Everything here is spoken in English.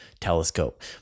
telescope